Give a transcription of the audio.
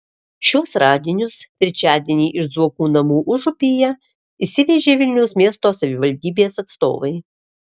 šiuos radinius trečiadienį iš zuokų namų užupyje išsivežė vilniaus miesto savivaldybės atstovai